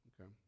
Okay